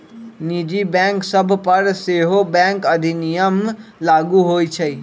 निजी बैंक सभ पर सेहो बैंक अधिनियम लागू होइ छइ